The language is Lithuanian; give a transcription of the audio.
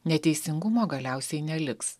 neteisingumo galiausiai neliks